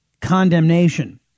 condemnation